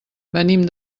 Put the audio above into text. venim